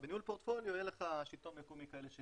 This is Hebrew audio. בניהול פורטפוליו יהיה בשלטון המקומי כאלה,